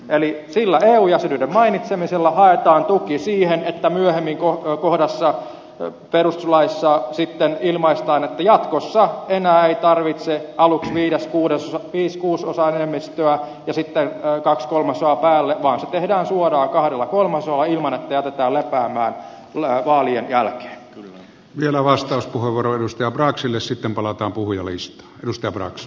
eli sillä eu jäsenyyden mainitsemisella haetaan tuki siihen että myöhemmin perustuslaissa sitten ilmaistaan että jatkossa enää ei tarvitse aluksi viiden kuudesosan enemmistöä ja sitten kaksi kolmasosaa päälle vaan se tehdään suoraan kahdella kolmasosalla ilman että jätetään lepäämään vaalien jälkeen vielä vastauspuheenvuoron ja braxille sitten palataan kuviolliset ruska brax